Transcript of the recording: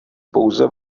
pouze